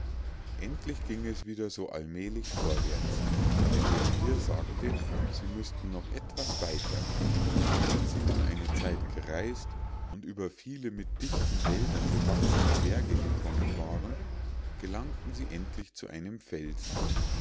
endlich ging es wieder so allmählich vorwärts denn der stier sagte sie müßten noch etwas weiter als sie nun eine zeit gereis't und über viele mit dichten wäldern bewachsene berge gekommen waren gelangten sie endlich zu einem felsen